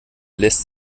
lässt